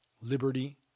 Liberty